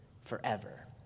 forever